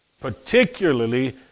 particularly